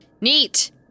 Neat